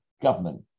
government